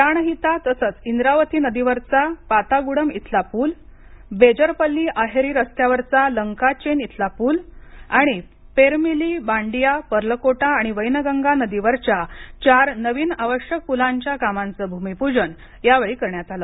प्राणहिता तसंच इंद्रावती नदीवरचा पातागुडम इथला पूल बेजरपल्ली अहेरी रस्त्यावरचा लंकाचेन इथला पूल आणि पेरमिली बांडिया पर्लकोटा आणि वैनगंगा नदीवरच्या चार नवीन आवश्यक पुलांच्या कामाचं भूमिपूजन यावेळी करण्यात आलं